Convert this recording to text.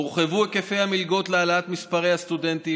הורחבו היקפי המלגות להעלאת מספרי הסטודנטים,